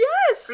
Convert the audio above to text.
Yes